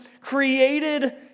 created